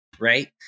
right